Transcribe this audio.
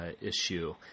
issue